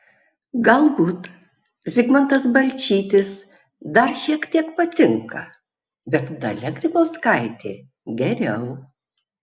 galbūt zigmantas balčytis dar šiek tiek patinka bet dalia grybauskaitė geriau